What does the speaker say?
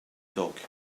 dog